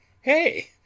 hey